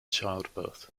childbirth